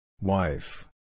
Wife